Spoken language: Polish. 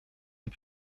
nie